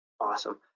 Awesome